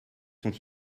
sont